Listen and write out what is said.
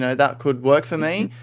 you know that could work for me.